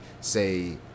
say